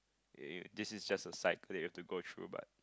eh this is just a cycle you have to go through but